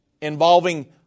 involving